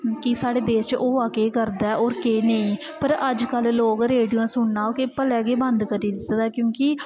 कि साढ़े देश च होआ केह् करदा ऐ होर केह् नेईं पर अज्जकल लोक रेडियो सुनना भलेआं गै बंद करी दित्ते दा ऐ क्योंकि